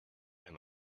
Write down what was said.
and